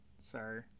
Sorry